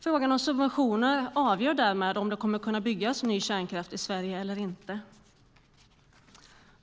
Frågan om subventioner avgör därmed om det kommer att kunna byggas ny kärnkraft i Sverige eller inte.